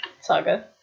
saga